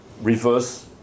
reverse